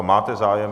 Máte zájem.